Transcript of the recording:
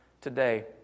today